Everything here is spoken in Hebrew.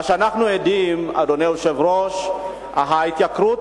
מה שאנחנו עדים לו, אדוני היושב-ראש, מההתייקרויות